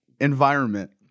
environment